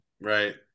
Right